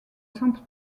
centre